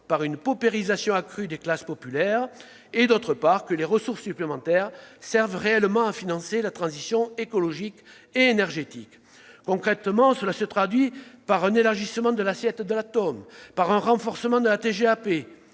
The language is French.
par une paupérisation accrue des classes populaires et que les ressources supplémentaires servent réellement à financer la transition écologique et énergétique. Concrètement, cela se traduit par un élargissement de l'assiette de la taxe d'enlèvement des